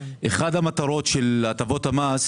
אחת המטרות של הטבות המס